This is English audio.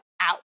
out